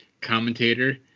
commentator